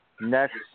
next